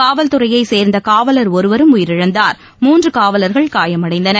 காவல்தறையை சேர்ந்த காவலர் ஒருவரும் உயிரிழந்தார்மூன்று காவலர்கள் காயமடைந்தனர்